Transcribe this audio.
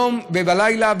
ביום בלילה,